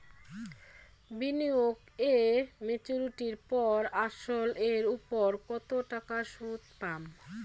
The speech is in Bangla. বিনিয়োগ এ মেচুরিটির পর আসল এর উপর কতো টাকা সুদ পাম?